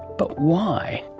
but why?